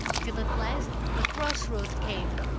till at last a cross-road came,